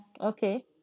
Okay